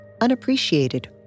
unappreciated